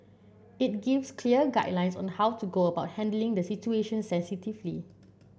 it gives clear guidelines on how to go about handling the situation sensitively